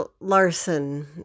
Larson